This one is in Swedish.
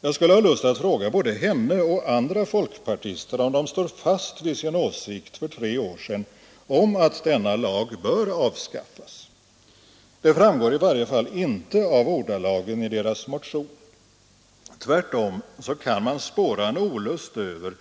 Jag skulle ha lust att fråga både henne och andra folkpartister om de står fast vid sin åsikt för tre år sedan om att denna lag bör avskaffas. Det framgår i varje fall inte av ordalagen i deras motion. Tvärtom kan man spåra en olust över